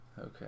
Okay